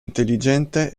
intelligente